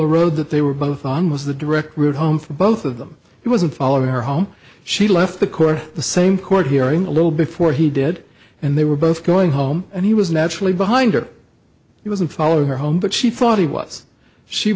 whole road that they were both on was the direct route home for both of them he wasn't following her home she left the court the same court hearing a little before he did and they were both going home and he was naturally behind her he wasn't following her home but she thought he was she